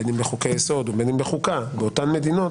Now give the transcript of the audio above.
בין אם בחוקי יסוד ובין אם בחוקה באותן מדינות,